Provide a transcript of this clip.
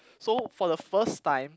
so for the first time